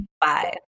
bye